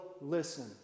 listen